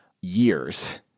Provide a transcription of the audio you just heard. years